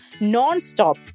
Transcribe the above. non-stop